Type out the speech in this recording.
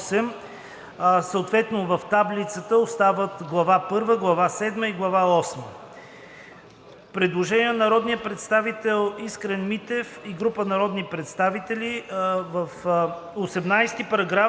съответно в таблицата остават глава 1, глава 7 и глава 8. Предложение на народния представител Искрен Митев и група народни представители. В §